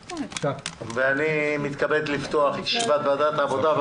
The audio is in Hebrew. אני מתכבד לפתוח את ישיבת ועדת העבודה,